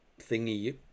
thingy